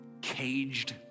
caged